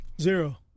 Zero